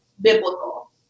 biblical